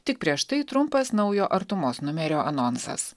tik prieš tai trumpas naujo artumos numerio anonsas